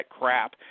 crap